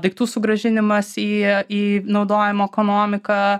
daiktų sugrąžinimas į į naudojimo ekonomiką